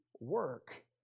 work